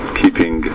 keeping